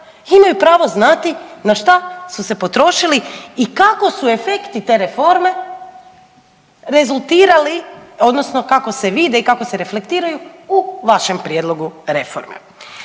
imaju pravo znati na šta su se potrošili i kako su efekti te reforme rezultirali, odnosno kako se vide i kako se reflektiraju u vašem prijedlogu reforme.